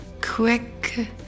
quick